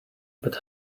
but